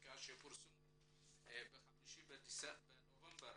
לסטטיסטיקה שפורסמו ב-5 בנובמבר